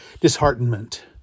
disheartenment